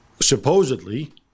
supposedly